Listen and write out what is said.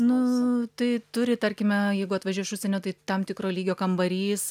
nu tai turi tarkime jeigu atvažiuoja iš užsienio tai tam tikro lygio kambarys